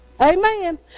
Amen